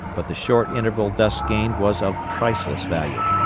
but the short interval thus gained was of priceless value.